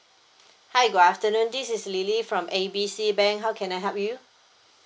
hi good afternoon this is lily from A B C bank how can I help you